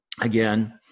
again